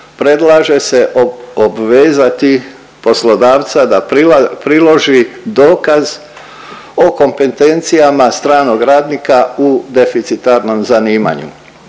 predlaže se obvezati poslodavca da priloži dokaz o kompetencijama stranog radnika u deficitarnom zanimanju,